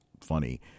funny